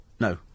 no